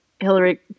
Hillary